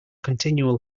continual